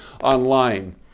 online